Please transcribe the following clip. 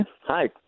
Hi